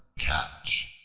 catch.